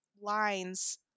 lines